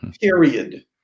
period